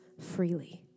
freely